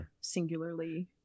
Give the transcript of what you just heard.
singularly